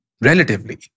relatively